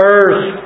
earth